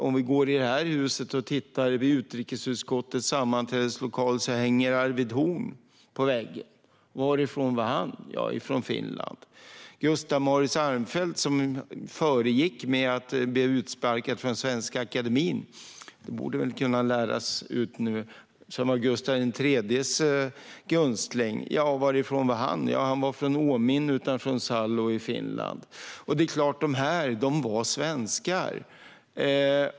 Om vi i detta hus tittar in i utrikesutskottets sammanträdeslokal ser vi att Arvid Horn hänger på väggen. Varifrån var han? Jo, från Finland. Gustaf Mauritz Armfelt föregick med att bli utsparkad ur Svenska Akademien - det borde kunna läras ut nu - och var Gustav III:s gunstling. Varifrån var han? Jo, från Åminne utanför Salo i Finland. Det är klart att dessa personer var svenskar.